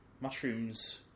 Mushrooms